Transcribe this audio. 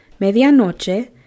medianoche